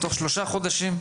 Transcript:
תוך שלושה חודשים,